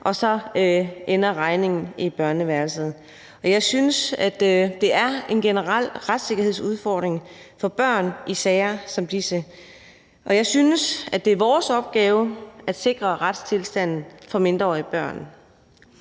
og så ender regningen i børneværelset. Jeg synes, at der er en generel retssikkerhedsudfordring for børn i sager som disse, og jeg synes, at det er vores opgave at sikre retstilstanden for mindreårige børn.